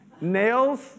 nails